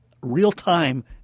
real-time